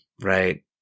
right